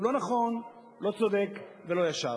הוא לא נכון, לא צודק ולא ישר.